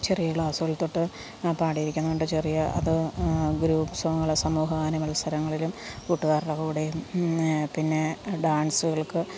ചെറിയ ക്ലാസ്സുകൾ തൊട്ട് പാടിയിരിക്കുന്നതുകൊണ്ട് ചെറിയ അത് ഗ്രൂപ്പ് സോങ്ങുകൾ സമൂഹഗാന മത്സരങ്ങളിലും കൂട്ടുകാരുടെ കൂടെയും പിന്നെ ഡാൻസുകൾക്ക്